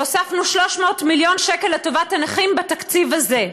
והוספנו 300 מיליון שקלים לטובת הנכים בתקציב הזה.